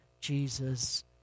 Jesus